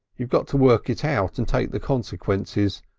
you got to work it out and take the consequences.